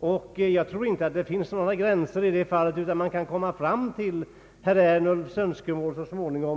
och jag tror inte att det finns några gränser i det avseendet. Herr Ernulfs önskemål kan måhända så småningom förverkligas.